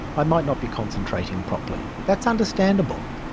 i might not be concentrating properly that's understandable.